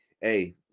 hey